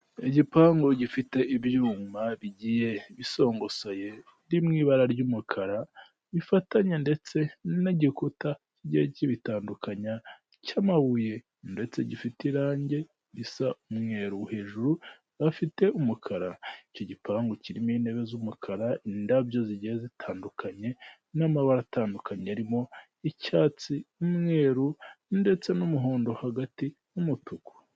Igipangu gifite ibyuma bigiye bisongosoye biri mu ibara ry'umukara bifatanya ndetse n'igikuta kigiye kibitandukanya cy'amabuye ndetse gifite irangi risa n'umweru hejuru hafite umukara icyo gipangu kirimo intebe z'umukara, indabyo zigenda zitandukanye n'amabara atandukanye aririmoi icyatsi n'umweruru ndetse n'umuhondo hagati y'umutuku.